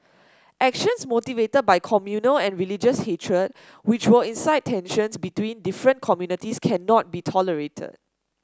actions motivated by communal and religious hatred which will incite tensions between different communities cannot be tolerated